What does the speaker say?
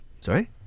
sorry